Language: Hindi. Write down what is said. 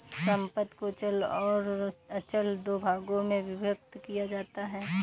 संपत्ति को चल और अचल दो भागों में विभक्त किया जाता है